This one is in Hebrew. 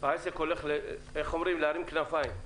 העסק הולך להרים כנפיים.